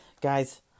Guys